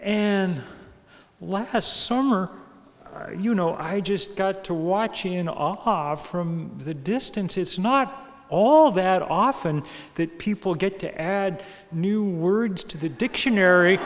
summer you know i just got to watch in off the distance it's not all that often that people get to add new words to the dictionary